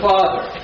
Father